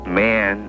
man